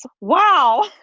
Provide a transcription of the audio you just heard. wow